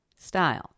style